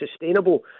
sustainable